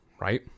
right